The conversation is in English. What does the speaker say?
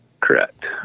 Correct